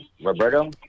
Roberto